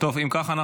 אם כך,